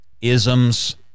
isms